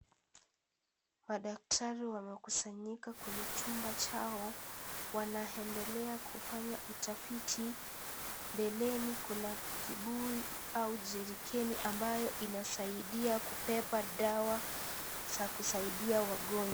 Madaktari wamekusanyika kwenye chumba chao, wanaendelea kufanya utafiti mbeleni kuna kibuyu au jericani ambayo inasaidia kubeba dawa za kusaidia wagonjwa .